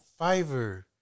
Fiverr